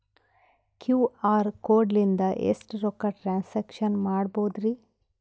QR code ಲಿಂದ ಎಷ್ಟ ರೊಕ್ಕ ಟ್ರಾನ್ಸ್ಯಾಕ್ಷನ ಮಾಡ್ಬೋದ್ರಿ?